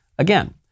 Again